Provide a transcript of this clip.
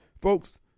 Folks